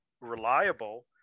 reliable